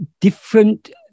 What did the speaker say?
different